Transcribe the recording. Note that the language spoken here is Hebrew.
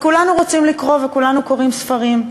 כולנו רוצים לקרוא וכולנו קוראים ספרים.